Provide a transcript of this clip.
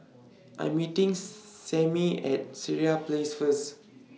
I Am meeting Sammie At Sireh Place First